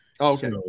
Okay